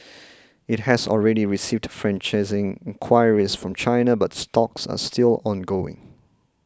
it has already received franchising in enquiries from China but talks are still ongoing